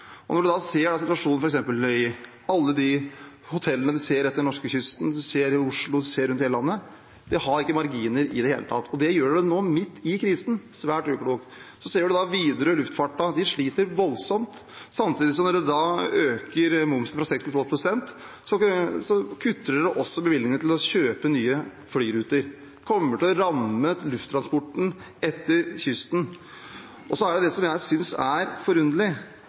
Når en da ser situasjonen f.eks. i alle de hotellene en ser langs norskekysten, som en ser i Oslo, som en ser rundt omkring i hele landet: De har ikke marginer i det hele tatt. Og det gjør en nå, midt i krisen – svært uklokt. Så ser en da Widerøe og luftfarten, de sliter voldsomt. Samtidig som en øker momsen fra 6 pst. til 12 pst., kutter en også bevilgningene til å kjøpe nye flyruter. Det kommer til å ramme lufttransporten etter kysten. Så er det det som jeg synes er forunderlig: